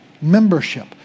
membership